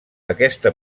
aquesta